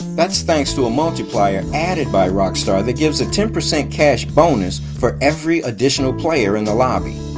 that's thanks to a multiplier added by rockstar that gives a ten percent cash bonus for every additional player in the lobby.